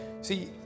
See